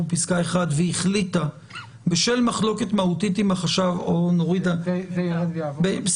בפסקה (1) והחליטה בשל מחלוקת מהותית עם החשב --- זה --- בסדר.